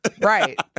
Right